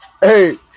Hey